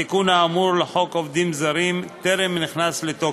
התיקון האמור לחוק עובדים זרים טרם נכנס לתוקף.